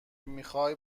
میخوای